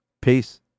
Peace